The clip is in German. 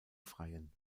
freien